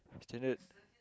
standard